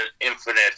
infinite